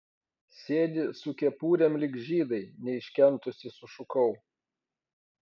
sėdi su kepurėm lyg žydai neiškentusi sušukau